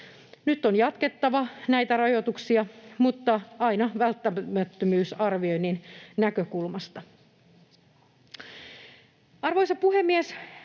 Nyt on jatkettava näitä rajoituksia mutta aina välttämättömyysarvioinnin näkökulmasta. Arvoisa puhemies!